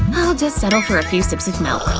i'll just settle for a few sips of milk.